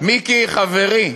מיקי חברי,